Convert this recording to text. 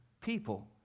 people